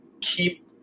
keep